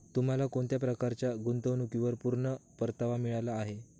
तुम्हाला कोणत्या प्रकारच्या गुंतवणुकीवर पूर्ण परतावा मिळाला आहे